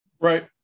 Right